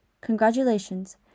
Congratulations